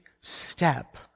step